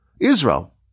Israel